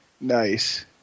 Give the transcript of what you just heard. nice